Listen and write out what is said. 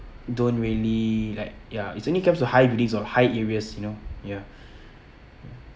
don't really like ya it's only comes to high buildings or high areas you know ya